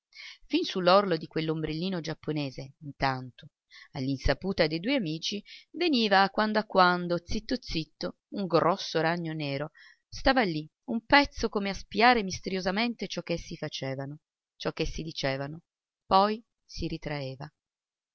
su l'orlo di quell'ombrellino giapponese intanto all'insaputa dei due amici veniva a quando a quando zitto zitto un grosso ragno nero stava lì un pezzo come a spiare misteriosamente ciò che essi facevano ciò che essi dicevano poi si ritraeva